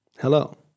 Hello